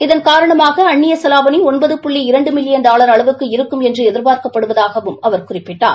இதன் காரணமாக அந்நிய செலாவணி ஒன்பது புள்ளி இரண்டு மில்லியன் டாலர் அளவுக்கு இருக்கும் என்றும் எதிர்பார்க்கப்படுவதாக அவர் குறிப்பிட்டார்